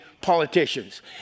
politicians